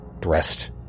dressed